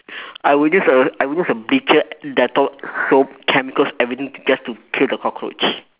I would use a I would use a bleacher dettol so~ chemicals everything just to kill the cockroach